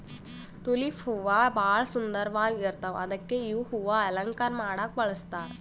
tulip ಹೂವಾ ಭಾಳ್ ಸುಂದರ್ವಾಗ್ ಇರ್ತವ್ ಅದಕ್ಕೆ ಇವ್ ಹೂವಾ ಅಲಂಕಾರ್ ಮಾಡಕ್ಕ್ ಬಳಸ್ತಾರ್